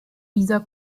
dieser